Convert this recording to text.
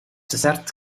dessert